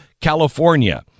California